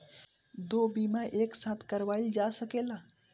दो बीमा एक साथ करवाईल जा सकेला?